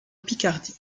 picardie